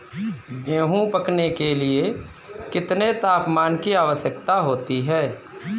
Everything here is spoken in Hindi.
गेहूँ पकने के लिए कितने तापमान की आवश्यकता होती है?